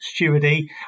stewardy